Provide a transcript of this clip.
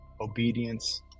obedience